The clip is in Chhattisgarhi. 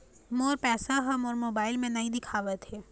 मोर पैसा ह मोर मोबाइल में नाई दिखावथे